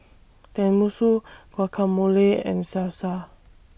Tenmusu Guacamole and Salsa